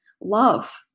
love